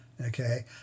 Okay